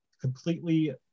completely